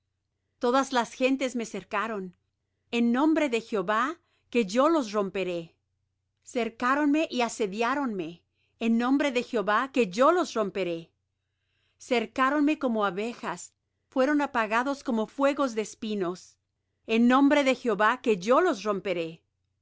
todas las gentes me cercaron en nombre de jehová que yo los romperé cercáronme y asediáronme en nombre de jehová que yo los romperé cercáronme como abejas fueron apagados como fuegos de espinos en nombre de jehová que yo los romperé